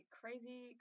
crazy